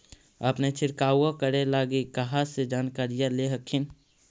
अपने छीरकाऔ करे लगी कहा से जानकारीया ले हखिन?